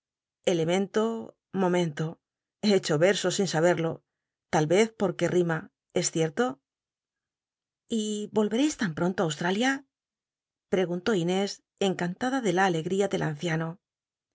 elemento momento he hecho versos sin sabol'lo tal ve poquc rima es cic'lo y vol reís tan pronto á australia preguntó inés cnc ntada de la alcgía del anciano